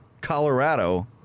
Colorado